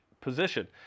position